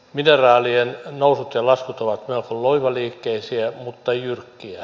mineraalien nousut ja laskut ovat melko loivaliikkeisiä mutta jyrkkiä